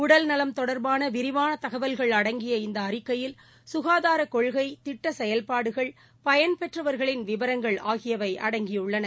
உடல்நலம் தொடர்பானவிரிவானதகவல்கள் அடங்கிய இந்தஅறிக்கையில் சுகாதாரக் கொள்கை திட்டசெயல்பாடுகள் பயன்பெற்றவர்களின் விவரங்கள் ஆகியவை அடங்கியுள்ளன